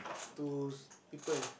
to people